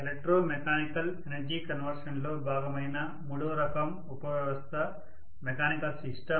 electromechanical energy conversion లో భాగమైన మూడవ రకం ఉపవ్యవస్థ మెకానికల్ సిస్టం